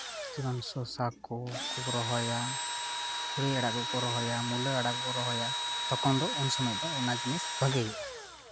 ᱡᱮᱢᱚᱱ ᱥᱚᱥᱟ ᱠᱚᱠᱚ ᱨᱚᱦᱚᱭᱟ ᱛᱩᱲᱤ ᱟᱲᱟᱜ ᱠᱚᱠᱚ ᱨᱚᱦᱚᱭᱟ ᱢᱩᱞᱟᱹ ᱟᱲᱟᱜ ᱠᱚᱠᱚ ᱨᱚᱦᱚᱭᱟ ᱛᱚᱠᱷᱚᱱ ᱫᱚ ᱩᱱ ᱥᱚᱢᱚᱭ ᱫᱚ ᱚᱱᱟ ᱡᱤᱱᱤᱥ ᱵᱷᱟᱜᱮ ᱦᱩᱭᱩᱜᱼᱟ